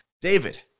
David